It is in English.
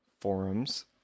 forums